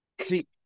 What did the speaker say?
see